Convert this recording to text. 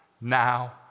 now